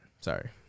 Sorry